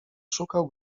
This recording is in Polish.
szukał